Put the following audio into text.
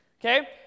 Okay